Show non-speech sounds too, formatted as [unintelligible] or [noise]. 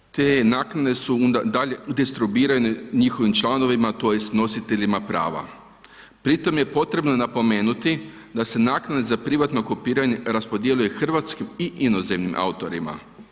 I te naknade su onda dalje ... [unintelligible] njihovim članovima, tj. nositeljima prava. pritom je potrebno napomenuti da se naknade za privatno kopiranje raspodjeljuje hrvatskim i inozemnim autorima.